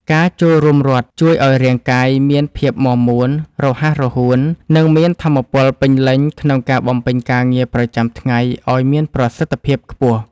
ការចូលរួមរត់ជួយឱ្យរាងកាយមានភាពមាំមួន រហ័សរហួន និងមានថាមពលពេញលេញក្នុងការបំពេញការងារប្រចាំថ្ងៃឱ្យមានប្រសិទ្ធភាពខ្ពស់។